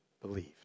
believed